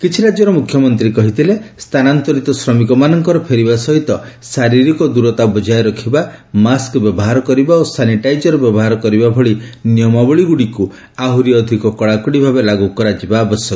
କିଛି ରାଜ୍ୟର ମୁଖ୍ୟମନ୍ତ୍ରୀ କହିଥିଲେ ସ୍ଥାନାନ୍ତରିତ ଶ୍ରମିକମାନଙ୍କର ଫେରିବା ସହିତ ଶାରିରୀକ ଦୂରତା ବଜାୟ ରଖିବା ମାସ୍କ ବ୍ୟବହାର କରିବା ଓ ସାନିଟାଇଜର ବ୍ୟବହାର କରିବା ଭଳି ନିୟମାବଳୀ ଗୁଡ଼ିକୁ ଆହୁରି ଅଧିକ କଡାକଡି ଭାବେ ଲାଗୁ କରାଯିବା ଉଚିତ୍